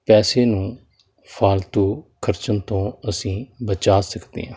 ਪੈਸੇ ਨੂੰ ਫਾਲਤੂ ਖਰਚਣ ਤੋਂ ਅਸੀਂ ਬਚਾ ਸਕਦੇ ਹਾਂ